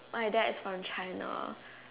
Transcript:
my dad is from China